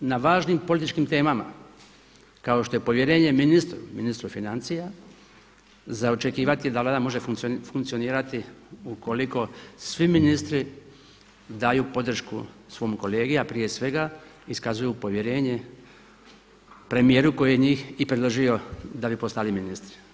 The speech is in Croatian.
Na važnim političkim temama kao što je povjerenje ministru, ministru financija za očekivati je da Vlada može funkcionirati ukoliko svi ministri daju podršku svome kolegi, a prije svega iskazuju povjerenje premijeru koji je njih i predložio da bi postali ministri.